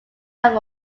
have